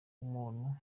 umuntu